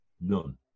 none